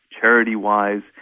charity-wise